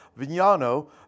Vignano